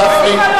קדימה לא היתה